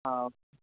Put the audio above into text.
ആ